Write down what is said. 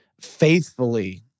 Faithfully